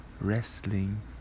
wrestling